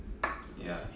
ya